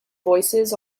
voices